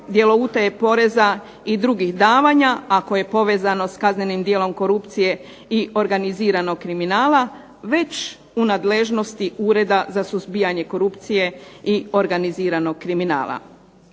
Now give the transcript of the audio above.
djelo utaje poreza i drugih davanja ako je povezano sa kaznenim djelom korupcije i organiziranog kriminala već u nadležnosti Ureda za suzbijanje korupcije i organiziranog kriminala.